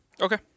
Okay